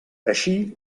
així